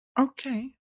Okay